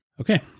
Okay